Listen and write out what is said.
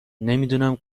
نمیدونم